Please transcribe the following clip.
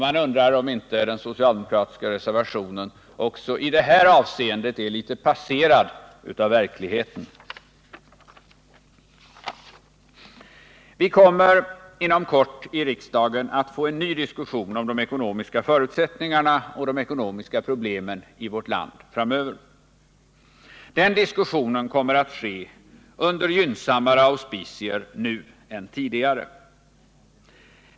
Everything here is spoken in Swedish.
Jag undrar om inte den socialdemokratiska reservationen även i detta avseende är något passerad av verkligheten. Herr talman! Vi kommer inom kort att få en ny diskussion i riksdagen om de ekonomiska förutsättningarna och de ekonomiska problemen i vårt land framöver. Den diskussionen kommer att kunna ske under gynnsammare auspicier nu än tidigare.